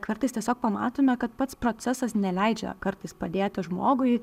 kartais tiesiog pamatome kad pats procesas neleidžia kartais padėti žmogui